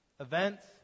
Events